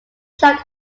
shark